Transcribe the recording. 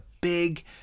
big